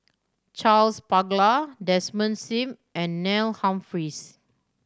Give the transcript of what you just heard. Charles Paglar Desmond Sim and Neil Humphreys